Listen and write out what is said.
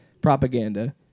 propaganda